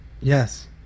Yes